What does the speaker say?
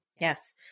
Yes